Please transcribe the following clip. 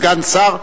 סגן שר,